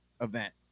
event